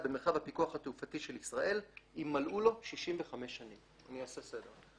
במרחב הפיקוח התעופתי של ישראל - אם מלאו לו 65 שנים."." אני אעשה סדר.